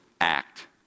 act